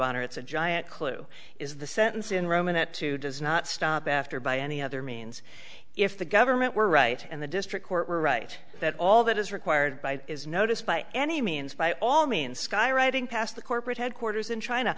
on it's a giant clue is the sentence in roman that two does not stop after by any other means if the government were right and the district court were right that all that is required by is notice by any means by all means skywriting past the corporate headquarters in china